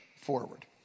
forward